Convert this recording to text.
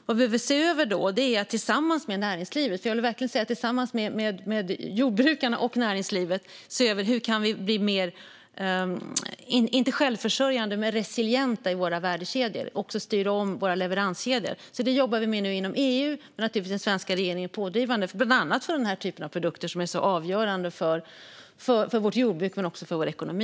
Vi behöver då tillsammans med jordbrukarna och näringslivet se över hur vi kan bli mer resilienta i våra värdekedjor och styra om våra leveranskedjor. Detta jobbar vi med inom EU, och naturligtvis är den svenska regeringen pådrivande - bland annat för den typen av produkter som är så avgörande för vårt jordbruk och för vår ekonomi.